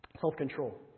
Self-control